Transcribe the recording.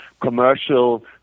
commercial